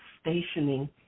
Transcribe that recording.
stationing